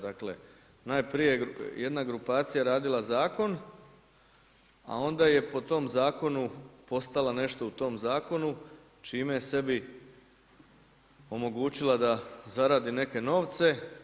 Dakle, najprije jedna grupacija radila Zakon, a onda je po tom Zakonu postala nešto u tom Zakonu čime je sebi omogućila da zaradi neke novce.